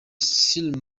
sir